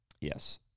Yes